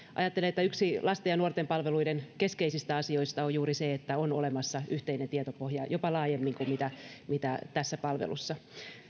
ajattelen että yksi lasten ja nuorten palveluiden keskeisistä asioista on juuri se että on olemassa yhteinen tietopohja jopa laajemmin kuin tässä palvelussa